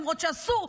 למרות שאסור,